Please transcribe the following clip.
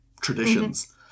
traditions